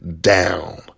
down